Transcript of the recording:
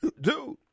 dude